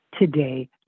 today